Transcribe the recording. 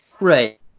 Right